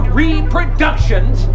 reproductions